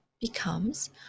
becomes